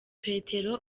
petero